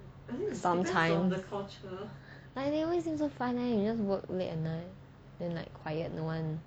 sometimes like they always seem so fun you just work late at night like quiet no one